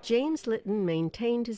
james lipton maintained his